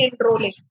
enrolling